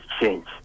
change